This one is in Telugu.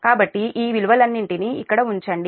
కాబట్టి ఈ విలువ లన్నింటినీ ఇక్కడ ఉంచండి